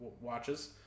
watches